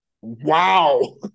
Wow